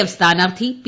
F സ്ഥാനാർത്ഥി P